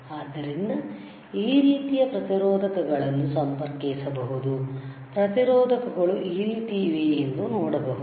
ಆದ್ದರಿಂದ ಈ ರೀತಿಯ ಪ್ರತಿರೋಧಕಗಳನ್ನು ಸಂಪರ್ಕಿಸಬಹುದು ಪ್ರತಿರೋಧಕಗಳು ಈ ರೀತಿ ಇವೆ ಎಂದು ನೋಡಬಹುದು